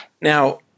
Now